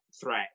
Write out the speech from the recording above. threat